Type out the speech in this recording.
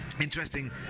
Interesting